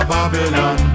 Babylon